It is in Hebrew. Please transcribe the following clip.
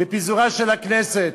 בפיזורה של הכנסת.